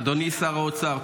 אדוני שר האוצר,